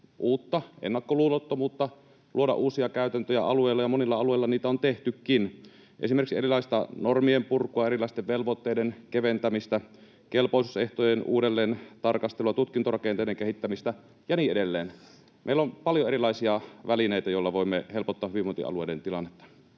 uutta ennakkoluulottomuutta luoda uusia käytäntöjä alueille, ja monilla alueilla niitä on tehtykin, esimerkiksi erilaista normien purkua, erilaisten velvoitteiden keventämistä, kelpoisuusehtojen uudelleentarkastelua, tutkintorakenteiden kehittämistä ja niin edelleen. Meillä on paljon erilaisia välineitä, joilla voimme helpottaa hyvinvointialueiden tilannetta.